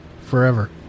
forever